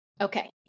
Okay